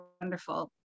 wonderful